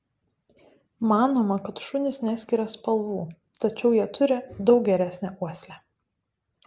manoma kad šunys neskiria spalvų tačiau jie turi daug geresnę uoslę